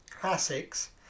Classics